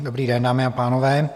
Dobrý den, dámy a pánové.